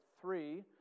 three